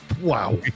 wow